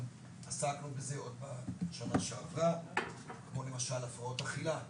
עסקנו בהן עוד בשנה שעברה כמו למשל הפרעות אכילה.